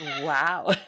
Wow